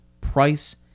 price